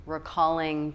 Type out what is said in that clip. recalling